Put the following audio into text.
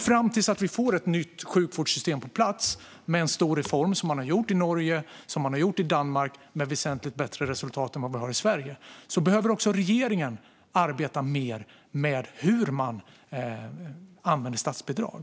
Fram till dess att ett nytt sjukvårdssystem kommer på plats med en stor reform - som Norge och Danmark har gjort, med väsentligt bättre resultat än vad vi har i Sverige - behöver regeringen arbeta mer med hur man använder statsbidrag.